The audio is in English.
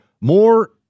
more